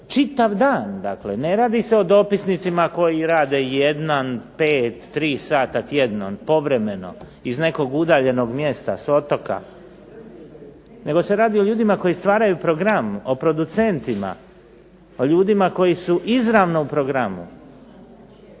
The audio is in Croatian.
čitav dan, dakle ne radi se o dopisnicima koji rade jedan, pet, tri sata tjedno, povremeno, iz nekog udaljenog mjesta, s otoka, nego se radi o ljudima koji stvaraju program, o producentima, o ljudima koji su izravno u programu,